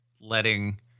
letting